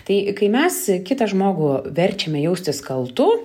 tai kai mes kitą žmogų verčiame jaustis kaltu